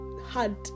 hard